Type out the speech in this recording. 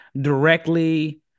directly